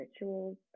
rituals